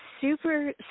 super